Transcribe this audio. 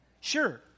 Sure